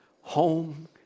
home